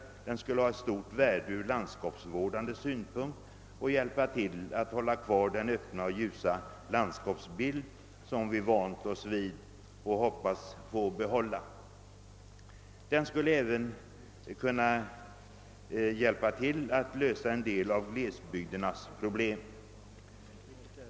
Den skulle ha stort värde även ur landskapsvårdande synpunkt och hjälpa till att hålla kvar den öppna ljusa landskapsbild som vi vant oss vid och hoppas få behålla. Den skulle även kunna hjälpa till att lösa en del av glesbygdernas problem.